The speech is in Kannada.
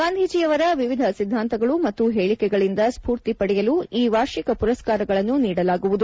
ಗಾಂಧೀಜಿಯವರ ವಿವಿಧ ಸಿದ್ಗಾಂತಗಳು ಮತ್ತು ಹೇಳಿಕೆಗಳಿಂದ ಸ್ಪೂರ್ತಿ ಪಡೆಯಲು ಈ ವಾರ್ಷಿಕ ಪುರಸ್ಕಾರಗಳನ್ನು ನೀಡಲಾಗುವುದು